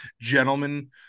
Gentlemen